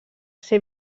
ser